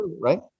right